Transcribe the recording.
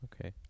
Okay